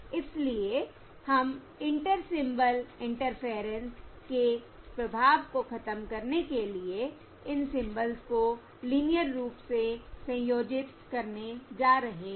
इसलिए हम inter symbol interference के प्रभाव को खत्म करने के लिए इन सिंबलस को लीनियर रूप से संयोजित करने जा रहे हैं